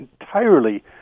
entirely